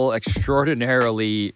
extraordinarily